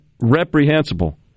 reprehensible